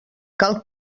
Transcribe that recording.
cal